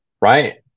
right